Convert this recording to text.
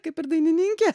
kaip ir dainininkė